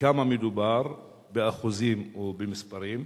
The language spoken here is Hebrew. בכמה מדובר באחוזים ובמספרים?